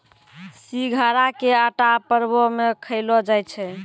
सिघाड़ा के आटा परवो मे खयलो जाय छै